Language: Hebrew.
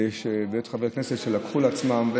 ויש באמת חברי כנסת שלקחו את זה על עצמם.